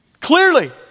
Clearly